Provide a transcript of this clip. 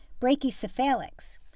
Brachycephalics